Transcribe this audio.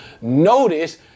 Notice